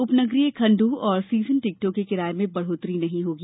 उप नगरीय खंडों और सीजन टिकटों के किराए में बढ़ोत्तरी नहीं होगी